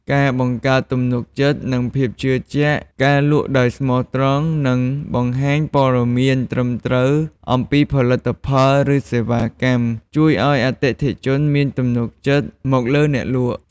ការបង្កើតទំនុកចិត្ត និងភាពជឿជាក់ ការលក់ដោយស្មោះត្រង់ និងបង្ហាញព័ត៌មានត្រឹមត្រូវអំពីផលិតផល ឬសេវាកម្ម ជួយឲ្យអតិថិជនមានទំនុកចិត្តមកលើអ្នកលក់។